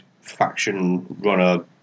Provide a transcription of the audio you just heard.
faction-runner